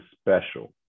special